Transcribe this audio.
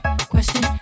Question